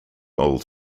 old